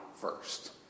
first